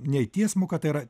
nei tiesmuka tai yra